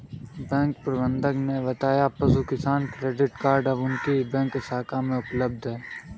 bank प्रबंधक ने बताया पशु किसान क्रेडिट कार्ड अब उनकी बैंक शाखा में उपलब्ध है